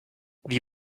wie